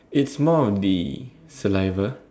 it's more of the saliva